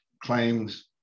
claims